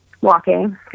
walking